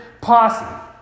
posse